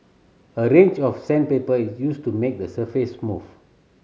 a range of sandpaper is used to make the surface smooth